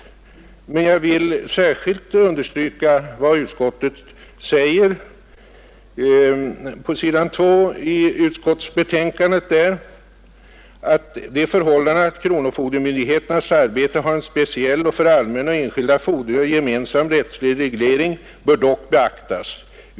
Jag vill särskilt understryka följande som utskottet säger på s. 2 i utskottsbetänkandet: ”Det förhållandet att kronofogdemyndigheternas arbete har en speciell och för allmänna och enskilda fordringar gemensam rättslig reglering bör dock beaktas.